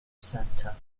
centre